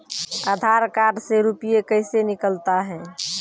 आधार कार्ड से रुपये कैसे निकलता हैं?